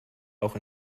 auch